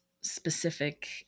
specific